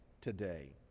today